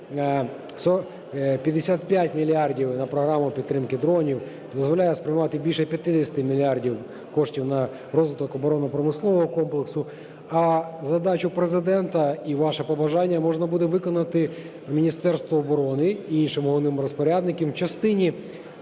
55 мільярдів на програму підтримки дронів, дозволяє спрямувати більше 50 мільярдів коштів на розвиток оборонно-промислового комплексу. А задачу Президента і ваше побажання можна буде виконати Міністерству оборони і іншими головними розпорядниками в частині